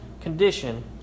condition